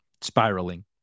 spiraling